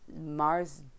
Mars